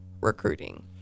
recruiting